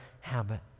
habit